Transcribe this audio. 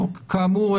כאמור,